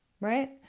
right